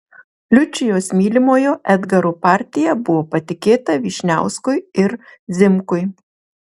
liučijos mylimojo edgaro partija buvo patikėta vyšniauskui ir zimkui